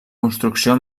construcció